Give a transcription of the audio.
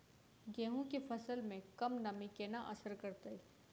गेंहूँ केँ फसल मे कम नमी केना असर करतै?